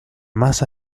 más